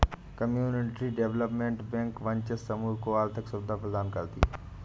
community development bank वंचित समूह को आर्थिक सुविधा प्रदान करती है